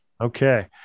okay